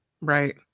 Right